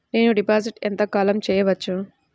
నేను డిపాజిట్ ఎంత కాలం చెయ్యవచ్చు?